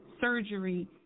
surgery